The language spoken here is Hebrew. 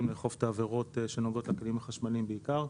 לאכוף את העבירות שנוגעות לכלים החשמליים בעיקר.